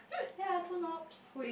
ya two knobs